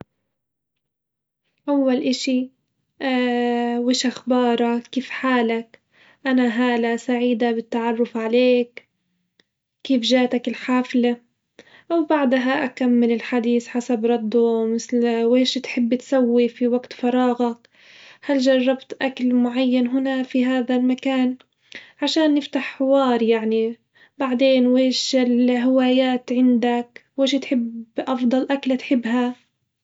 أول إشي وش أخبارك؟ كيف حالك؟ أنا هالة سعيدة بالتعرف عليك، كيف جاتك الحفلة؟ أو بعدها أكمل الحديث حسب رده مثل ويش تحب تسوي في وجت فراغك؟ هل جربت أكل معين هنا في هذا المكان؟ عشان نفتح حوار يعني، بعدين ويش الهوايات عندك؟ ويش تحب أفضل أكلة تحبها؟